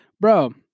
Bro